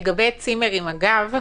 לגבי הצימרים, אגב,